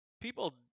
People